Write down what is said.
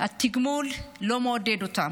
התגמול לא מעודד אותם.